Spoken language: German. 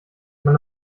man